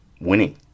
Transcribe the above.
winning